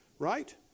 Right